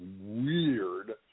weird